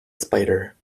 spider